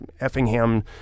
Effingham